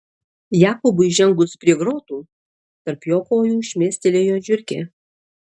jakobui žengus prie grotų tarp jo kojų šmėstelėjo žiurkė